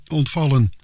ontvallen